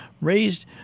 raised